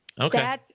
Okay